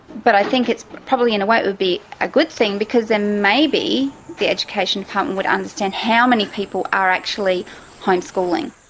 but i think it's. probably in a way it would be a good thing, because then maybe the education department would understand how many people are actually homeschooling.